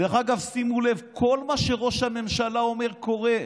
דרך אגב, שימו לב, כל מה שראש הממשלה אומר, קורה.